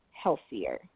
healthier